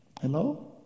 Hello